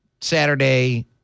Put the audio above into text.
Saturday